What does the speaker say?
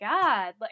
God